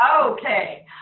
Okay